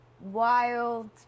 wild